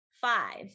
Five